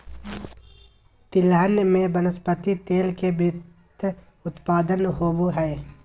तिलहन में वनस्पति तेल के वृहत उत्पादन होबो हइ